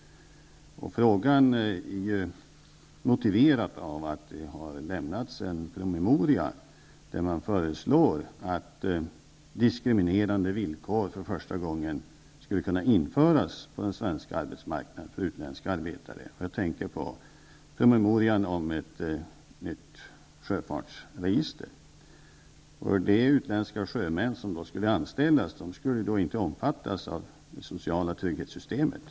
Min fråga är motiverad av att det har lämnats en promemoria i vilken man föreslår att diskriminerande villkor för första gången skulle kunna införas för utländska arbetare på den svenska arbetsmarknaden. Jag tänker på promemorian om ett nytt sjöfartsregister. De utländska sjömän som skulle anställas skulle inte omfattas av det sociala trygghetssystemet.